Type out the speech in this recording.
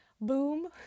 boom